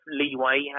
leeway